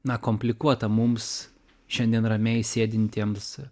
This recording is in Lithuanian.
na komplikuota mums šiandien ramiai sėdintiems